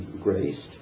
graced